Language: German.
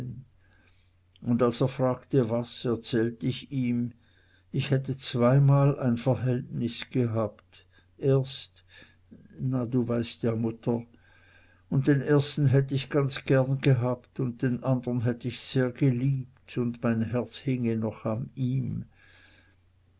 und als er fragte was erzählt ich ihm ich hätte zweimal ein verhältnis gehabt erst na du weißt ja mutter und den ersten hätt ich ganz gern gehabt und den andern hätt ich sehr geliebt und mein herz hinge noch an ihm